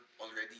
already